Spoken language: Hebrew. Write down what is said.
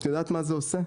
את יודעת מה זה עושה?